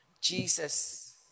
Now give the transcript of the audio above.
Jesus